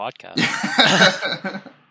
Podcast